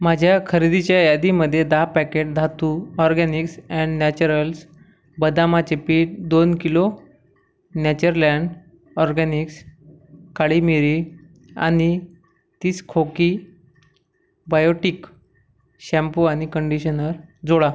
माझ्या खरेदीच्या यादीमध्ये दहा packet Dhatu organics and naturals बदामाचे पीठ दोन किलो नॅचरलॅन ऑर्गेनिक्स काळी मिरी आणि तीस खोकी बायोटिक शॅम्पू आणि कंडिशनर जोडा